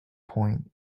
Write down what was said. point